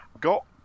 got